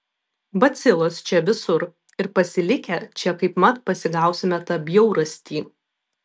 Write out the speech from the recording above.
bacilos čia visur ir pasilikę čia kaip mat pasigausime tą bjaurastį